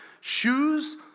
Shoes